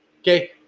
okay